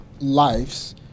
lives